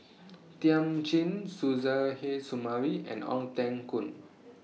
Thiam Chin Suzairhe Sumari and Ong Teng Koon